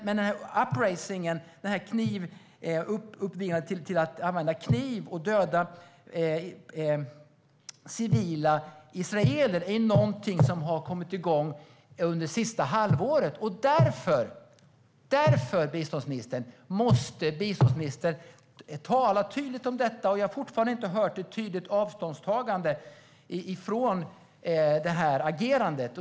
Men uppviglandet till att använda kniv och döda civila israeler är någonting som har kommit igång under det senaste halvåret. Därför måste biståndsministern tala tydligt om detta. Jag har fortfarande inte hört ett tydligt avståndstagande från det här agerandet.